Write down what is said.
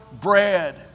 bread